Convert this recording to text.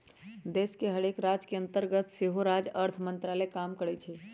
देश के हरेक राज के अंतर्गत सेहो राज्य अर्थ मंत्रालय काम करइ छै